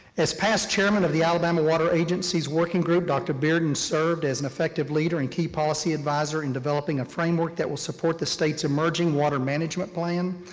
as past chairman of the alabama water agencies working group, dr. bearden served as an effective leader and key policy advisor in developing a framework that will support the state's emerging water management plan.